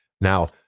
now